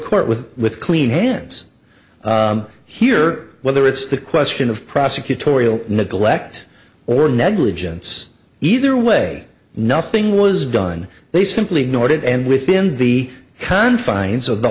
court with with clean hands here whether it's the question of prosecutorial neglect or negligence either way nothing was done they simply ignored it and within the confines of the